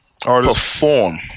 perform